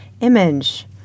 image